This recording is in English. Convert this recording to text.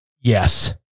Yes